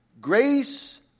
Grace